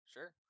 Sure